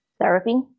therapy